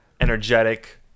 energetic